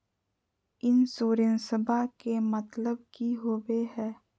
इंसोरेंसेबा के मतलब की होवे है?